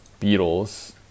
Beatles